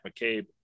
McCabe